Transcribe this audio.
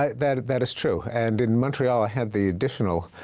ah that that is true. and in montreal, i had the additional